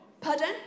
pardon